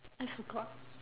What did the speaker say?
I forgot